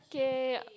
okay